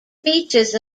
features